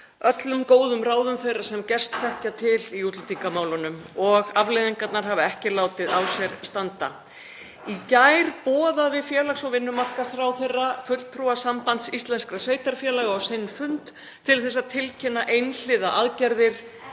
öllum góðum ráðum þeirra sem gerst þekkja til í útlendingamálum. Afleiðingarnar hafa ekki látið á sér standa. Í gær boðaði félags- og vinnumarkaðsráðherra fulltrúa Sambands íslenskra sveitarfélaga á sinn fund til að tilkynna einhliða aðgerðir